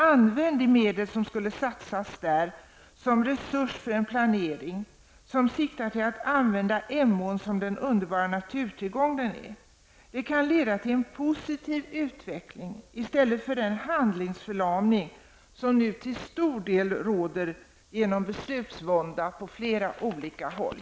Använd de medel, som skulle satsas där, som resurs för en planering som siktar till att använda Emån som den underbara naturtillgång den är! Det kan leda till en positiv utveckling i stället för den handlingsförlamning som nu till stor del råder genom beslutsvånda på flera olika håll.